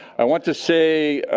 i want to say,